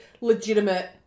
legitimate